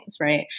right